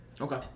Okay